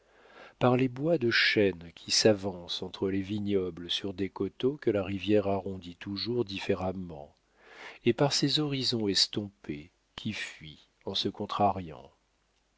par les bois de chênes qui s'avancent entre les vignobles sur des coteaux que la rivière arrondit toujours différemment et par ces horizons estompés qui fuient en se contrariant